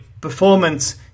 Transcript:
performance